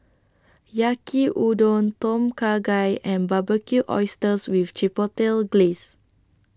Yaki Udon Tom Kha Gai and Barbecued Oysters with Chipotle Glaze